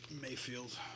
Mayfield